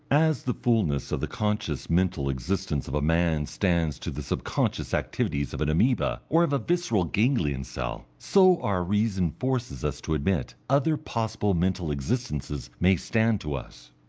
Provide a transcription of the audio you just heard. as the fulness of the conscious mental existence of a man stands to the subconscious activities of an amoeba or of a visceral ganglion cell, so our reason forces us to admit other possible mental existences may stand to us.